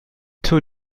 two